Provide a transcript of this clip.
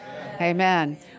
Amen